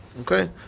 okay